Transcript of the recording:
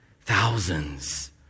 thousands